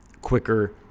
quicker